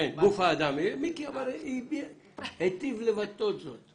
כן, גוף האדם, אבל מיקי היטיב לבטא זאת...